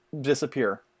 disappear